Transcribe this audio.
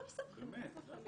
לא מסבכים אותו.